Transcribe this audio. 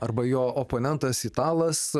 arba jo oponentas italas